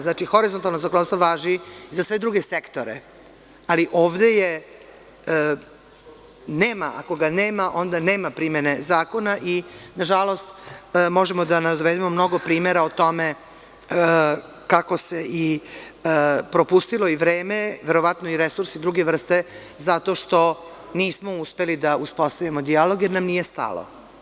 Znači, horizontalno zakonodavstvo važi i za sve druge sektore, ali ovde je nema, ako ga nema, onda nema primene zakona i, nažalost, možemo da navedemo mnogo primera o tome kako se propustilo i vreme, verovatno i resursi druge vrste, zato što nismo uspeli da uspostavimo dijalog, jer nam nije stalo.